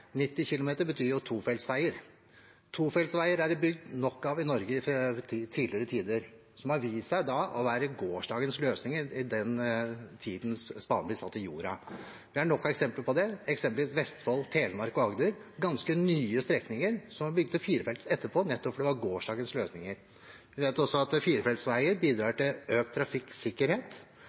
90 km/t betyr jo tofeltsveier. Tofeltsveier er det bygd nok av i Norge i tidligere tider, noe som har vist seg å være gårsdagens løsning etter at spaden ble satt i jorda. Det er nok av eksempler på det, eksempelvis i Vestfold, Telemark og Agder. Ganske nye strekninger er bygd ut til firefeltsveier etterpå, nettopp fordi det var gårsdagens løsninger. Vi vet også at firefeltsveier bidrar til økt trafikksikkerhet.